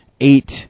eight